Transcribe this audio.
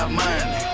money